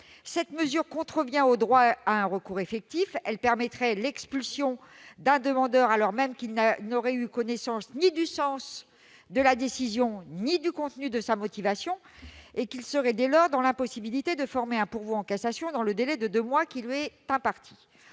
l'article 8 contrevient au droit à un recours effectif. Elle permettrait l'expulsion d'un demandeur alors même qu'il n'aurait eu connaissance ni du sens de la décision ni du contenu de sa motivation, et qu'il serait dès lors dans l'impossibilité de former un pourvoi en cassation dans le délai de deux mois qui lui est imparti.